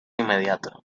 inmediato